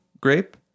grape